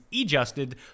adjusted